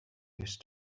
used